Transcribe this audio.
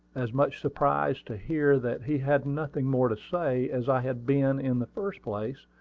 as much surprised to hear that he had nothing more to say as i had been, in the first place,